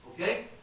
Okay